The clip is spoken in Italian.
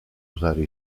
usare